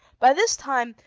by this time,